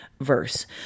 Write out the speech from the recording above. verse